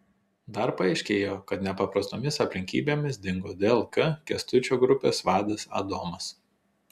dar paaiškėjo kad nepaprastomis aplinkybėmis dingo dlk kęstučio grupės vadas adomas